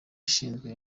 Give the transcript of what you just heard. ushinzwe